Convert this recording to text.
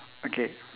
okay